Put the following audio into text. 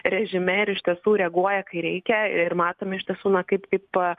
režime ir iš tiesų reaguoja kai reikia ir matom iš tiesų na kaip kaip